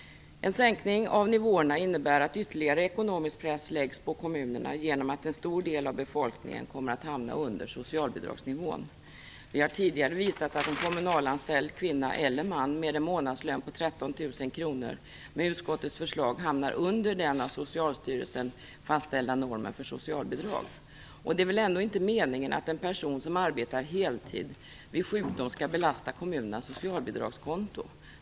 En sänkning av nivåerna innebär att ytterligare ekonomisk press läggs på kommunerna genom att en stor del av befolkningen kommer att hamna under socialbidragsnivån. Vi har tidigare visat att en kommunalanställd kvinna eller man med en månadslön på Det är väl ändå inte meningen att en person som arbetar heltid vid sjukdom skall belasta kommunernas socialbidragskonto?